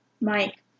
Mike